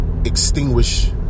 extinguish